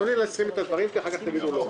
תנו לי להשלים את הדברים שלי ואחר כך תגידו לא.